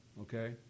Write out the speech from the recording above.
okay